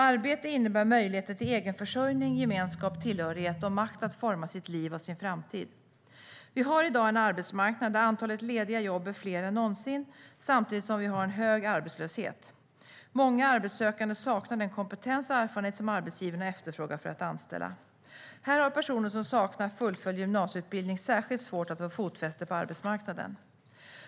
Arbete innebär möjligheter till egenförsörjning, gemenskap, tillhörighet och makt att forma sitt liv och sin framtid. Vi har i dag en arbetsmarknad där antalet lediga jobb är fler än någonsin samtidigt som vi har en hög arbetslöshet. Många arbetssökande saknar den kompetens eller erfarenhet som arbetsgivarna efterfrågar för att anställa. Här har personer som saknar fullföljd gymnasieutbildning särskilt svårt att få fotfäste på arbetsmarknaden.